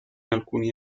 alcuni